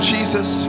Jesus